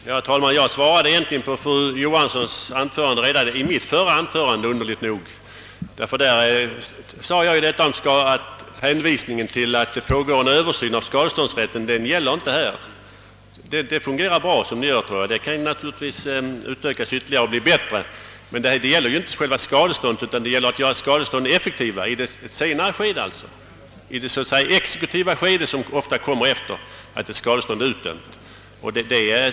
Herr talman! Jag svarade egentligen på fru Johanssons anförande redan i mitt förra anförande, underligt nog. Där sa jag att hänvisningen till att det pågår en Översyn av skadeståndsrätten inte är ett hållbart motiv för att avvisa motionen. Reglerna därvidlag fungerar bra. De kan naturligtvis utökas ytterligare och bli bättre. Men här gäller det ju inte själva skadeståndet utan det gäller att göra skadeståndet effektivare i dess senare skede, alltså i det exekutiva skede som så ofta följer efter det att skadestånd har blivit utdömt.